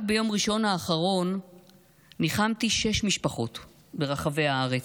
רק ביום ראשון האחרון ניחמתי שש משפחות ברחבי הארץ.